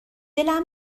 دلم